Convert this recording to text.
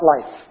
life